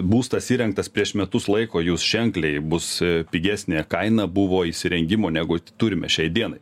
būstas įrengtas prieš metus laiko jūs ženkliai bus pigesnė kaina buvo įsirengimo negu turime šiai dienai